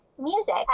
music